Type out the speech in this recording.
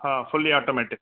हा fully automatic